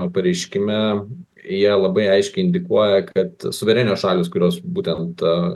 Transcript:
pareiškime jie labai aiškiai indikuoja kad suverenios šalys kurios būtent